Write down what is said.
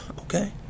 Okay